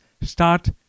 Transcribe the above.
start